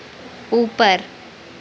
ऊपर